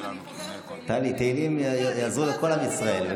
אני חוזרת לתהילים.